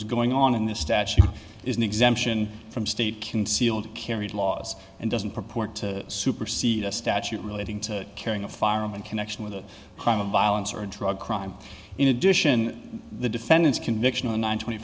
is going on in this statute is an exemption from state concealed carry laws and doesn't purport to supersede a statute relating to carrying a firearm in connection with a crime of violence or a drug crime in addition the defendant's conviction on twenty